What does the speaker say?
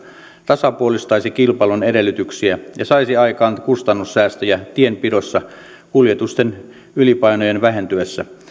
tasapuolistaisi kilpailun edellytyksiä ja saisi aikaan kustannussäästöjä tienpidossa kuljetusten ylipainojen vähentyessä